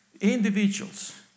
individuals